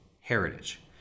heritage